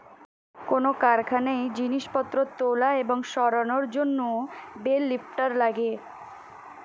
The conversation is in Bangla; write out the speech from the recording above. কোন কারখানায় জিনিসপত্র তোলা এবং সরানোর জন্যে বেল লিফ্টার লাগে